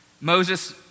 Moses